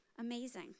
Amazing